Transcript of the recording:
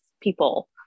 people